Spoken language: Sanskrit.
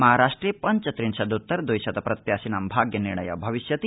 महाराष्ट्रे पञ्च त्रिंशदृत्तर द्विशत प्रत्याशिनां भाग्य निर्णय भविष्यति